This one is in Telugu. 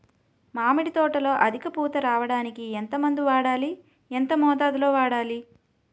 మామిడి తోటలో అధిక పూత రావడానికి ఎంత మందు వాడాలి? ఎంత మోతాదు లో వాడాలి?